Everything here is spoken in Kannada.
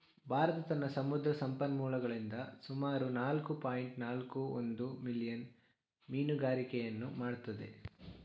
ಭಾರತ ತನ್ನ ಸಮುದ್ರ ಸಂಪನ್ಮೂಲಗಳಿಂದ ಸುಮಾರು ನಾಲ್ಕು ಪಾಯಿಂಟ್ ನಾಲ್ಕು ಒಂದು ಮಿಲಿಯನ್ ಮೀನುಗಾರಿಕೆಯನ್ನು ಮಾಡತ್ತದೆ